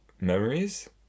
memories